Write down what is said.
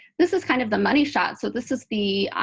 this is kind of the money shot. so this is the